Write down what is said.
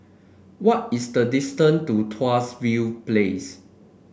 what is the distance to Tuas View Place